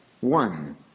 one